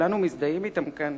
שכולנו מזדהים אתם כאן,